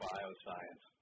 Bioscience